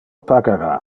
pagara